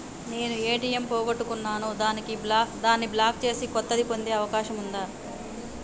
నేను ఏ.టి.ఎం పోగొట్టుకున్నాను దాన్ని బ్లాక్ చేసి కొత్తది పొందే అవకాశం ఉందా?